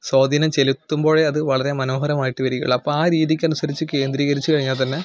സ്വാധീനം ചെലുത്തുമ്പോഴേ അത് വളരെ മനോഹരമായിട്ട് വരികയുള്ളൂ അപ്പം ആ രീതിക്ക് അനുസരിച്ച് കേന്ദ്രീകരിച്ച് കഴിഞ്ഞാൽ തന്നെ